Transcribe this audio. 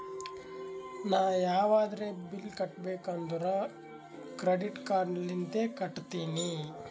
ನಾ ಯಾವದ್ರೆ ಬಿಲ್ ಕಟ್ಟಬೇಕ್ ಅಂದುರ್ ಕ್ರೆಡಿಟ್ ಕಾರ್ಡ್ ಲಿಂತೆ ಕಟ್ಟತ್ತಿನಿ